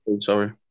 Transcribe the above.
Sorry